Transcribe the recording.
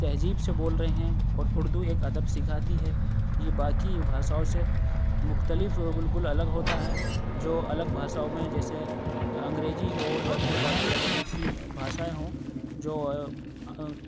تہذیب سے بول رہے ہیں اور اردو ایک ادب سکھاتی ہے یہ باقی بھاشاؤں سے مختلف اور بالکل الگ ہوتا ہے جو الگ بھاشاؤں میں جیسے انگریزی ہو یا پھر باقی الگ دوسری بھاشائیں ہوں جو